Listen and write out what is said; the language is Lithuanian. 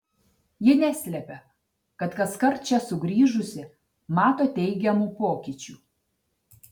ji neslepia kad kaskart čia sugrįžusi mato teigiamų pokyčių